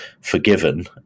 forgiven